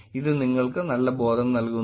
അതിനാൽ ഇത് നിങ്ങൾക്ക് നല്ല ബോധം നൽകുന്നു